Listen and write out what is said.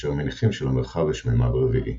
כאשר מניחים שלמרחב יש ממד רביעי.